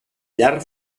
llar